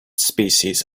species